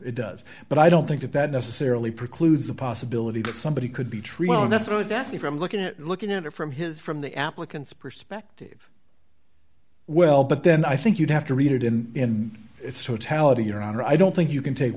it does but i don't think that that necessarily precludes the possibility that somebody could be treated and that's what i was asking from looking at looking at it from his from the applicant's perspective well but then i think you'd have to read it in its totality your honor i don't think you can take